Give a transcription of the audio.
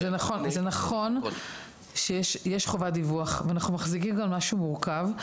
זה נכון שיש חובת דיווח ואנחנו מחזיקים כאן משהו מורכב,